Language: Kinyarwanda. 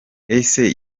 ese